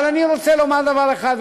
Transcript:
אבל אני רוצה לומר דבר אחד,